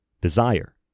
desire